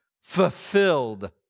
fulfilled